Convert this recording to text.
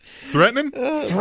threatening